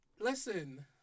Listen